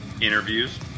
interviews